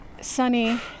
Sunny